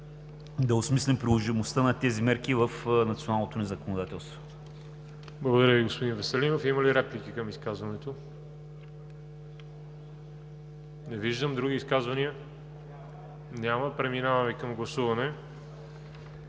да осмислим приложимостта на тези мерки в националното ни законодателство. ПРЕДСЕДАТЕЛ ВАЛЕРИ ЖАБЛЯНОВ: Благодаря, господин Веселинов. Има ли реплики към изказването? Не виждам. Други изказвания? Няма. Преминаване към гласуване